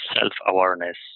self-awareness